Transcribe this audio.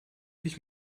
ich